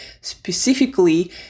specifically